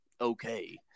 okay